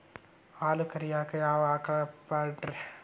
ಹಾಲು ಕರಿಯಾಕ ಯಾವ ಆಕಳ ಪಾಡ್ರೇ?